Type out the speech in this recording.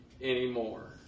anymore